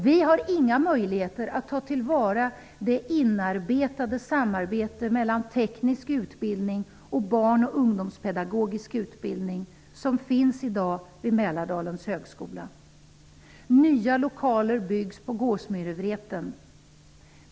Vi har inga möjligheter att ta till vara det inarbetade samarbete mellan teknisk utbildning och barn och ungdomspedagogisk utbildning som finns i dag vid Nya lokaler byggs på Gåsmyrevreten.